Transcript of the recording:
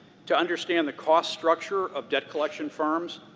to understand the cost structure of debt collection firms,